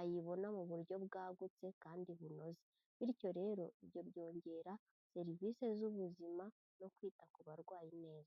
ayibona mu buryo bwagutse kandi bunoze, bityo rero ibyo byongera serivisi z'ubuzima no kwita ku barwayi neza.